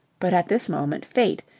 but at this moment fate,